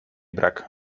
brak